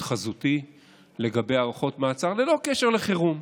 חזותי לגבי הארכות מעצר ללא קשר לחירום.